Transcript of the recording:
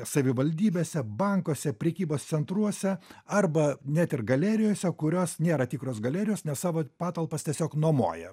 savivaldybėse bankuose prekybos centruose arba net ir galerijose kurios nėra tikros galerijos nes savo patalpas tiesiog nuomuoja